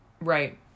Right